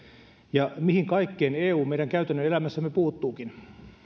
ja mihin kaikkeen eu meidän käytännön elämässämme puuttuukin